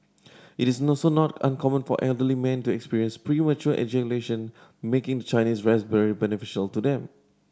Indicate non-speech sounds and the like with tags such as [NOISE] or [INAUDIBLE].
it is [UNINTELLIGIBLE] not uncommon for elderly men to experience premature ejaculation making the Chinese raspberry beneficial to them